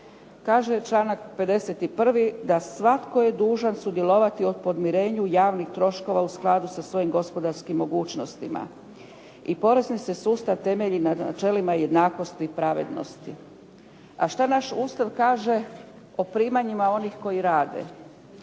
Kaže članak 51. da svatko je dužan sudjelovati u podmirenju javnih troškova u skladu sa svojim gospodarskim mogućnostima i porezni se sustav temelji na načelima jednakosti i pravednosti. A šta naš Ustav kaže o primanjima onih koji rade?